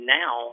now